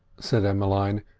said emmeline,